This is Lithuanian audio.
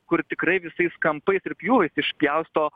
kur tikrai visais kampais ir pjūviais išpjausto